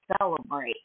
celebrate